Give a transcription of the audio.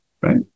right